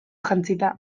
jantzita